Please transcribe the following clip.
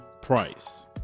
price